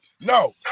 No